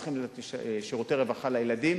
וצריכים שירותי רווחה לילדים,